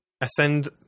ascend